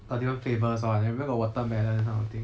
got different flavours one even got watermelon this kind of thing